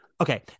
okay